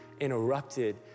interrupted